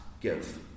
give